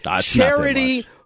charity